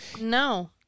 No